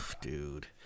dude